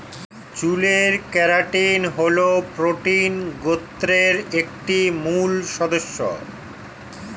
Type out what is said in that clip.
চুলের কেরাটিন হল প্রোটিন গোত্রের একটি মূল সদস্য